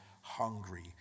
hungry